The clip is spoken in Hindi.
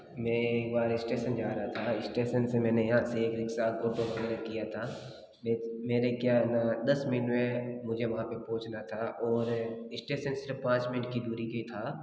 मैं एक बार इस्टेसन जा रहा था स्टेसन से मैंने यहाँ से एक रिक्शा ऑटो वगैरह किया था मेरे क्या है ना दस मिनट में मुझे वहाँ पे पहुँचाता था और इस्टेसन इस्टेसन सिर्फ़ पाँच मिनिट के दूरी के था